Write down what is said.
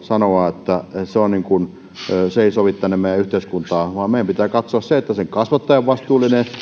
sanoa että se ei sovi tänne meidän yhteiskuntaan vaan meidän pitää katsoa että sen kasvattaja on vastuullinen